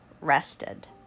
rested